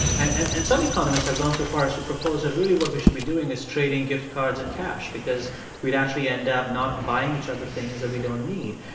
and and and some economists have gone so far as to propose that really what we should be doing is trading gift cards and cash because we'd actually end up not buying each other things that we don't need.